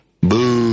boo